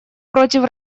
против